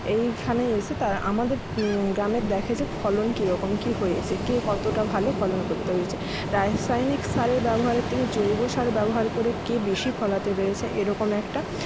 এইখানে এসে তারা আমাদের গ্রামের দেখে যে ফলন কিরকম কি হয়েছে কে কতোটা ভালো ফলন করতে পেরেছে রাসায়নিক সারের ব্যবহারের থেকে জৈব সার ব্যবহার করে কে বেশি ফলাতে পেরেছে এরকম একটা